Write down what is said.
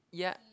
yeah